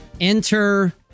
enter